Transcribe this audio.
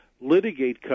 litigate